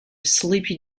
sleepy